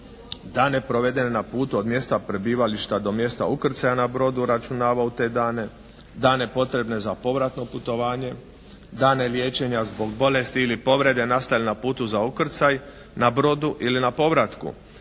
dane provedene na putu od mjesta prebivališta do mjesta ukrcaja na brodu uračunava u te dane, dane potrebne za povratno putovanje, dane liječenja zbog bolesti ili povrede nastale na putu za ukrcaj na brodu, ili na povratku,